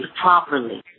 properly